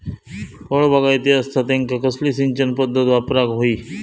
फळबागायती असता त्यांका कसली सिंचन पदधत वापराक होई?